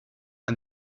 and